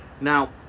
Now